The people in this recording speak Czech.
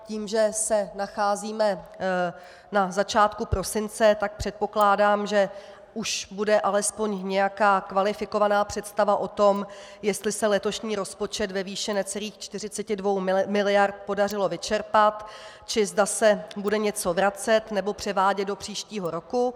Tím, že se nacházíme na začátku prosince, tak předpokládám, že už bude alespoň nějaká kvalifikovaná představa o tom, jestli se letošní rozpočet ve výši necelých 42 mld. podařilo vyčerpat, či zda se bude něco vracet nebo převádět do příštího roku.